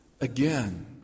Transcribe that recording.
again